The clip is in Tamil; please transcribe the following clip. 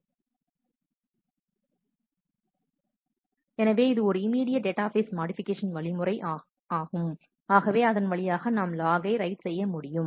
எனவே இது ஒரு இமிடியட் டேட்டாபேஸ் மாடிஃபிகேஷன் வழிமுறை ஆகவே அதன் வழியாக நாம் லாகை ரைட் செய்ய முடியும்